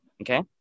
Okay